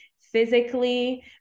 physically